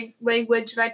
language